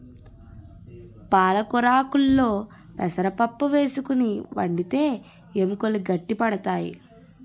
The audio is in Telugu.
పాలకొరాకుల్లో పెసరపప్పు వేసుకుని వండితే ఎముకలు గట్టి పడతాయి